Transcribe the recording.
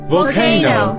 Volcano